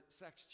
sex